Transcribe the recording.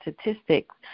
statistics